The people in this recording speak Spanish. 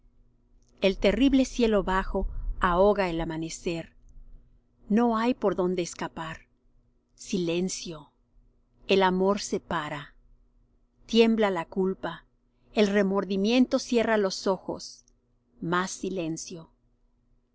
el terrible cielo bajo ahoga el amanecer no hay por dónde escapar silencio el amor se para tiembla la culpa el remordimiento cierra los ojos más silencio